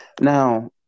Now